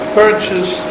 purchase